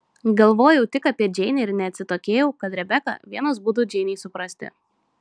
galvojau tik apie džeinę ir neatsitokėjau kad rebeka vienas būdų džeinei suprasti